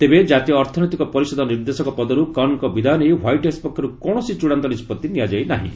ତେବେ ଜାତୀୟ ଅର୍ଥନୈତିକ ପରିଷଦ ନିର୍ଦ୍ଦେଶକ ପଦର୍ କନ୍ଙ୍କ ବିଦାୟ ନେଇ ହ୍ୱାଇଟ୍ ହାଉସ୍ ପକ୍ଷରୁ କୌଣସି ଚୂଡ଼ାନ୍ତ ନିଷ୍କଭି ନିଆଯାଇ ନାହିଁ